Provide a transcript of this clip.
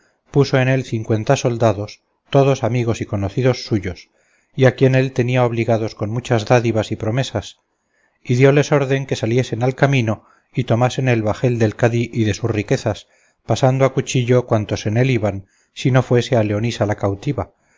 puso en él cincuenta soldados todos amigos y conocidos suyos y a quien él tenía obligados con muchas dádivas y promesas y dioles orden que saliesen al camino y tomasen el bajel del cadí y sus riquezas pasando a cuchillo cuantos en él iban si no fuese a leonisa la cautiva